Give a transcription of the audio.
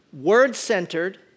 word-centered